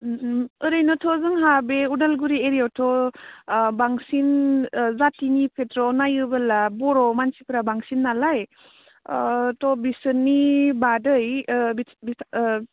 ओरैनोथ' जोंहा बे उदालगुरि एरियायावथ' बांसिन जाथिनि खेथ्र'आव नायोबोला बर' मानसिफ्रा बांसिननालाय थ' बिसोरनि बादै